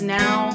now